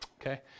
Okay